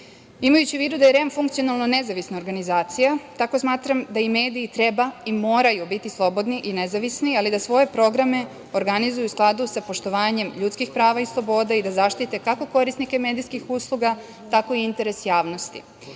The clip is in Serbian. u vidu da je REM funkcionalno nezavisna organizacija, tako smatram da i mediji treba i moraju biti slobodni i nezavisni, ali da svoje programe organizuju u skladu sa poštovanjem ljudskih prava i sloboda i da zaštite, kako korisnike medijskih usluga, tako i interes javnosti. Moramo